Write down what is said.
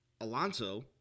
Alonso